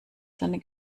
seine